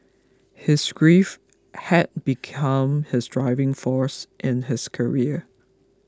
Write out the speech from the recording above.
his grief had become his driving force in his career